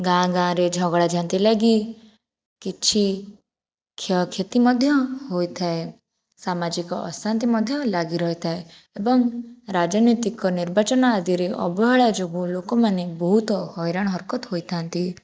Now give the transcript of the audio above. ଗାଁ ଗାଁରେ ଝଗଡ଼ାଝାଟି ଲାଗି କିଛି କ୍ଷୟକ୍ଷତି ମଧ୍ୟ ହୋଇଥାଏ ସାମାଜିକ ଅଶାନ୍ତି ମଧ୍ୟ ଲାଗି ରହିଥାଏ ଏବଂ ରାଜନୈତିକ ନିର୍ବାଚନ ଆଦିରେ ଅବହେଳା ଯୋଗୁଁ ଲୋକମାନେ ବହୁତ ହଇରାଣ ହରକତ ହୋଇଥାନ୍ତି